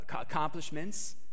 accomplishments